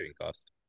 cost